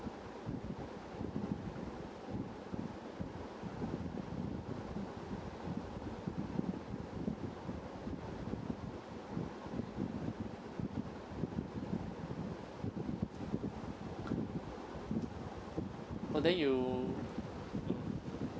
oh then you